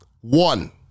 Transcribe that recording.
one